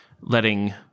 Letting